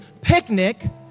picnic